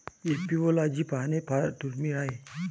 apiology पाहणे फार दुर्मिळ आहे